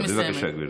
בבקשה, גברתי.